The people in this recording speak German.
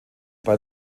bei